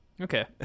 Okay